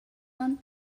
aunc